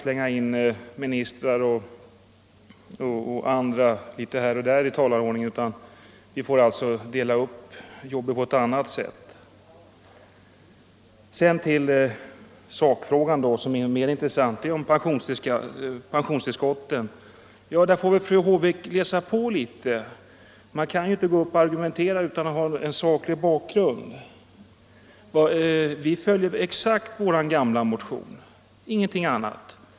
Vi kan t.ex. inte sätta in ministrar litet varstans på talarlistan utan får dela upp uppgifterna på ett annat sätt. Beträffande sakfrågan — pensionstillskotten — som är mera intressant, vill jag säga att fru Håvik får läsa på litet. Man kan inte argumentera utan att ha en saklig bakgrund. Vi följer exakt vår gamla motion, ingenting annat.